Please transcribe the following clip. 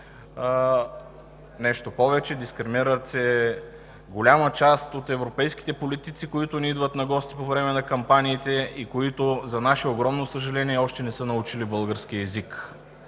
нещо повече, дискриминират се голяма част от европейските политици, които ни идват на гости по време на кампаниите и които за наше огромно съжаление още не са научили български език.